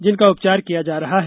जिनका उपचार किया जा रहा है